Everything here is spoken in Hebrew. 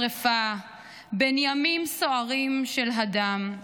בשרפה / בין ימים סוערים של הדם /